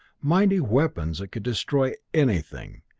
mighty weapons that could destroy anything,